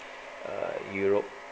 err euro~